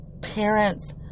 parents